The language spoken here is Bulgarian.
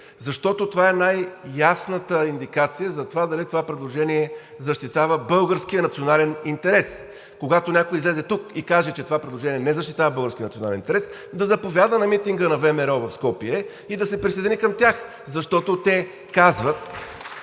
защото това е най-ясната индикация за това дали това предложение защитава българския национален интерес. Когато някой излезе тук и каже, че това предложение не защитава българския национален интерес, да заповяда на митинга на ВМРО в Скопие и да се присъедини към тях, защото те казват